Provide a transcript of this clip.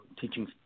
teaching